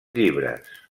llibres